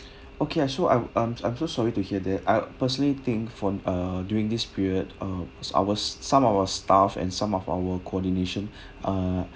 okay ah so I'm I'm I'm so sorry to hear that I personal think from uh during this period uh our some our staff and some of our coordination ah